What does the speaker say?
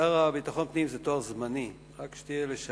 השר לביטחון פנים זה תואר זמני, עד שתהיה לשעבר,